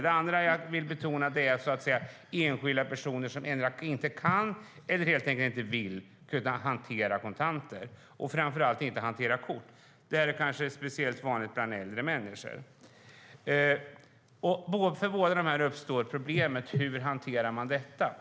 Det andra jag vill betona är enskilda personer som endera inte kan eller helt enkelt inte vill hantera kontanter - och framför allt inte hantera kort, vilket kanske är speciellt vanligt bland äldre människor. För båda dessa grupper uppstår problemet. Hur hanterar man det?